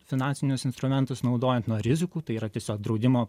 finansinius instrumentus naudojant nuo rizikų tai yra tiesiog draudimo